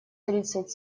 тридцать